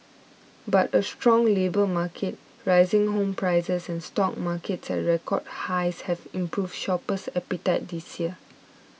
but a strong labour market rising home prices and stock markets at record highs have improved shopper appetite this year